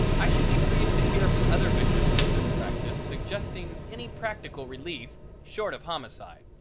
i should be pleased to hear from other victims of this practice suggesting any practical relief short of homicide.